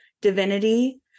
divinity